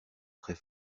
très